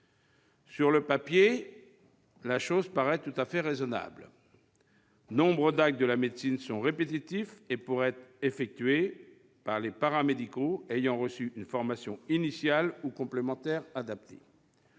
Sur le papier, la chose paraît tout à fait raisonnable. Nombre d'actes médicaux sont répétitifs et pourraient être effectués par des paramédicaux ayant reçu une formation initiale ou complémentaire adaptée.